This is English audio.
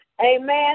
Amen